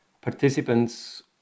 participants